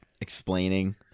explaining